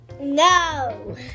No